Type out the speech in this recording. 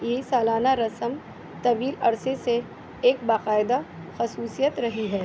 یہ سالانہ رسم طویل عرصے سے ایک باقاعدہ خصوصیت رہی ہے